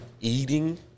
eating